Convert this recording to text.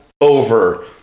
over